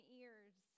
ears